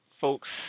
folks